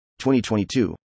2022